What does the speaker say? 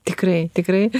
tikrai tikrai